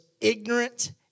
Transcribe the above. ignorant